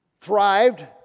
thrived